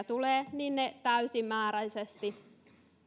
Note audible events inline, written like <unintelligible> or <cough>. <unintelligible> tulee täysimääräisesti